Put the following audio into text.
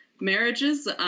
marriages